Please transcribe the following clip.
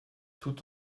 tout